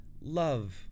love